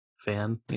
fan